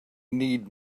need